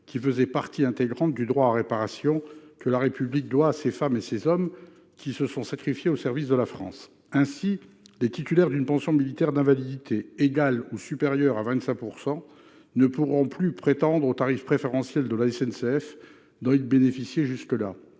qui faisaient partie intégrante du droit à réparation que la République doit à ces femmes et ces hommes qui se sont sacrifiés pour la France. Ainsi, les titulaires d'une pension militaire d'invalidité égale ou supérieure à 25 % ne pourront plus prétendre au tarif préférentiel de la SNCF, dont ils bénéficiaient jusque-là.